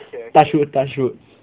touchwood touchwood